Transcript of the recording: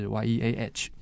y-e-a-h